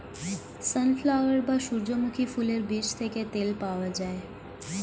sunflower বা সূর্যমুখী ফুলের বীজ থেকে তেল পাওয়া যায়